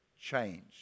change